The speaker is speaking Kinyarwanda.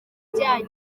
bijyanye